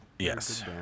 Yes